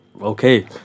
Okay